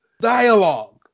dialogue